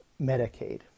Medicaid